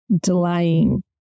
delaying